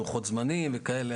לוחות זמנים וכאלה.